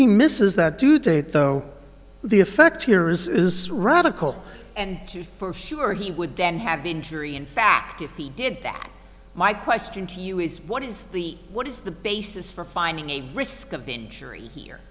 he misses that due date though the effect here is radical and to for sure he would then have injury in fact if he did that my question to you is what is the what is the basis for finding a risk of injury here